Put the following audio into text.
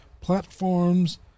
platforms